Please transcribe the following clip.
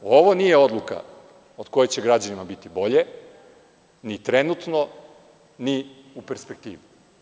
Ovo nije odluka od koje će građanima biti bolje ni trenutno ni u perspektivi.